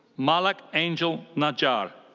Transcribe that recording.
malaak angel najjar.